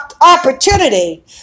opportunity